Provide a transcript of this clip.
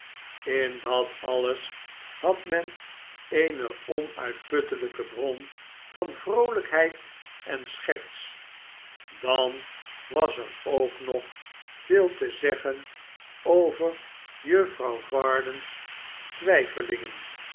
in dat alles had men eene onuitputtelijke bron van vroolijkheid en scherts dan was er ook nog veel te zeggen over juffrouw varden's